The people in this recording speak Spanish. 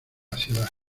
ciudad